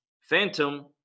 Phantom